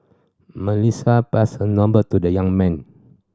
Melissa passed her number to the young man